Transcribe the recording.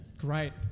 Great